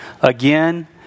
again